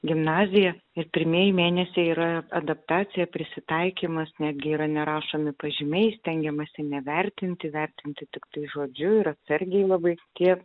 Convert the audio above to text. gimnaziją ir pirmieji mėnesiai yra adaptacija prisitaikymas netgi yra nerašomi pažymiai stengiamasi nevertinti vertinti tiktai žodžiu ir atsargiai labai tie